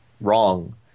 wrong